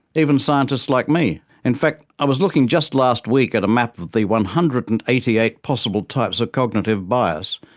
even scientists like me. in fact i was looking just last week at a map of the one hundred and eighty eight possible types of cognitive bias,